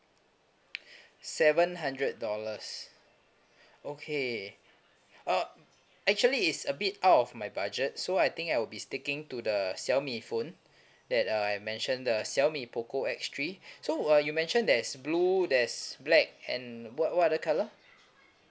seven hundred dollars okay uh actually it's a bit out of my budget so I think I will be sticking to the xiaomi phone that uh I mentioned the xiaomi poco X three so uh you mentioned there's blue there's black and what what other colour